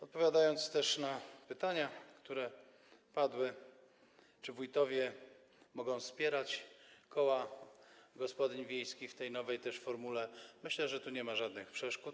Odpowiadając na pytania, które padły, czy wójtowie mogą wspierać koła gospodyń wiejskich w tej nowej formule - myślę, że tu nie ma żadnych przeszkód.